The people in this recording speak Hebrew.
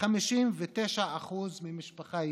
59% ממשפחה יהודית,